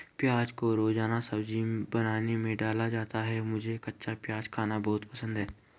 प्याज को रोजाना सब्जी बनाने में डाला जाता है मुझे कच्चा प्याज खाना बहुत पसंद है